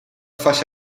falla